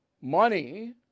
money